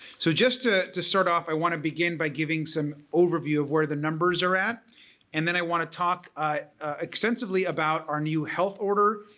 so just to to start off i want to begin by giving some overview of where the numbers are at and then i want to talk extensively about our new health order,